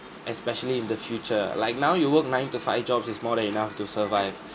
especially in the future like now you work nine to five jobs is more than enough to survive